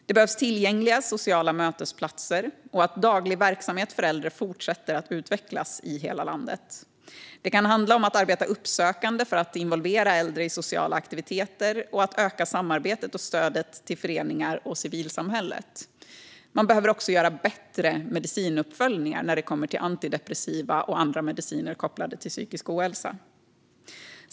Det behövs tillgängliga sociala mötesplatser och att daglig verksamhet för äldre fortsätter att utvecklas i hela landet. Det kan handla om att arbeta uppsökande för att involvera äldre i sociala aktiviteter och att öka samarbetet och stödet till föreningar och civilsamhälle. Man behöver också göra bättre medicinuppföljningar när det kommer till antidepressiv och annan medicin kopplad till psykisk ohälsa.